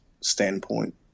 standpoint